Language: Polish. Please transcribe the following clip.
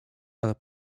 ale